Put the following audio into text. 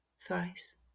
thrice